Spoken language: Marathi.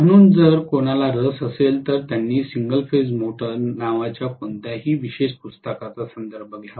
म्हणून जर कोणाला रस असेल तर त्यांनी सिंगल फेज मोटर नावाच्या कोणत्याही विशेष पुस्तकाचा संदर्भ घ्यावा